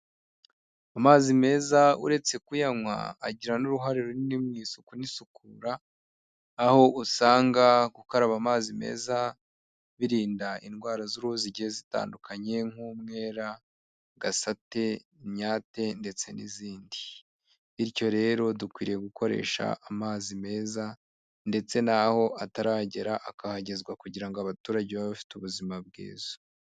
Amazi meza uretse kuyanywa agira n'uruhare runini mu isuku n'isukura, aho usanga gukaraba amazi meza, birinda indwara z'uruhu zigiye zitandukanye nk'umwera, gasate, imyate ndetse n'izindi, bityo rero dukwiriye gukoresha amazi meza ndetse n'aho ataragera akahagezwa kugira ngo abaturage baba bafite ubuzima bwiza.